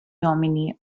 domini